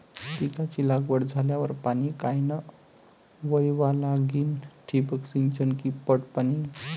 पिकाची लागवड झाल्यावर पाणी कायनं वळवा लागीन? ठिबक सिंचन की पट पाणी?